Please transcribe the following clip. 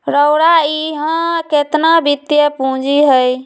रउरा इहा केतना वित्तीय पूजी हए